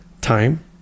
time